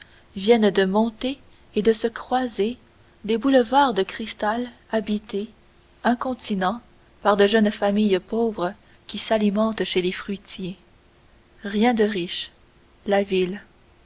viennent de monter et de se croiser des boulevards de cristal habités incontinent par de jeunes familles pauvres qui s'alimentent chez les fruitiers rien de riche la ville